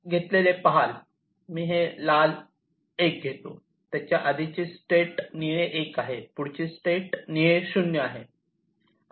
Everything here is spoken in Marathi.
मी हे लाल 1 घेतो त्याची आधीची स्टेट निळे 1 आहे पुढील स्टेट निळे आहे 0